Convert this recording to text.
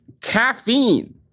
caffeine